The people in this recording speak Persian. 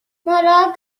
مراقبش